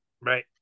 Right